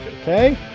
Okay